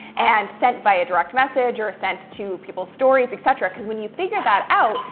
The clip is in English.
and sent via direct message, or sent to people's stories, etc. because when you figure that out,